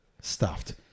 stuffed